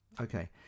Okay